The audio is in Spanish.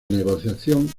negociación